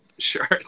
Sure